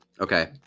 Okay